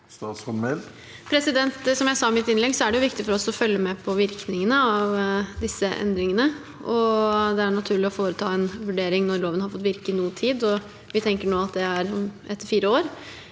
Som jeg sa i mitt innlegg, er det viktig for oss å følge med på virkningene av disse endringene, og det er naturlig å foreta en vurdering når loven har fått virke i noe tid. Vi tenker nå at det er etter fire år.